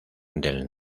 del